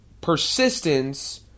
Persistence